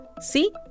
See